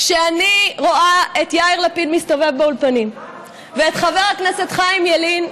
כשאני רואה את יאיר לפיד מסתובב באולפנים ואת חבר הכנסת חיים ילין,